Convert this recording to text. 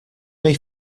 may